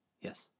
Yes